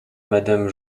madame